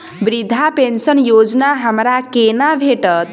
वृद्धा पेंशन योजना हमरा केना भेटत?